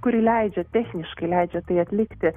kuri leidžia techniškai leidžia tai atlikti